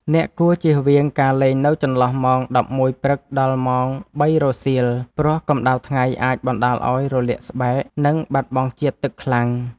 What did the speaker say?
អ្នកគួរជៀសវាងការលេងនៅចន្លោះម៉ោង ១១ ព្រឹក ដល់ម៉ោង ៣ រសៀល ព្រោះកម្ដៅថ្ងៃអាចបណ្ដាលឱ្យរលាកស្បែក និងបាត់បង់ជាតិទឹកខ្លាំង។